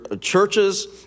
churches